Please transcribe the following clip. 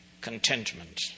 contentment